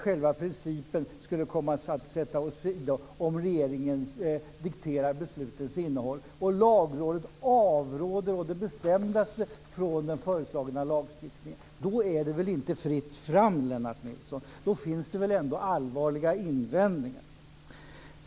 Själva principen skulle komma att sättas åsido om regeringen dikterade beslutens innehåll. Lagrådet avråder å det bestämdaste från den föreslagna lagstiftningen. Då är det väl inte fritt fram, Lennart Nilsson. Då finns det ändå allvarliga invändningar.